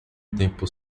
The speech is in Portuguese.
tempo